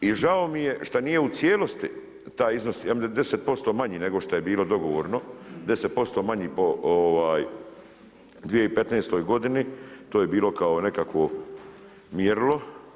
I žao mi je šta nije u cijelosti taj iznos 10% manji nego što je bilo dogovorno, 10% manji po 2015. godini, to je bilo kao nekakvo mjerilo.